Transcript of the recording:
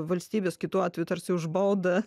valstybės kitu atveju tarsi už baudą